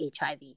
HIV